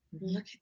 Look